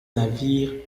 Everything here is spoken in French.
navires